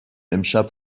امشب